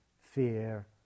fear